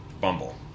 Bumble